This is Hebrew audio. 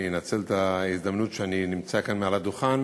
אני אנצל את ההזדמנות שאני נמצא כאן מעל הדוכן